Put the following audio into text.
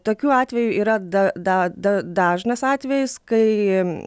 tokių atvejų yra da da da dažnas atvejis kai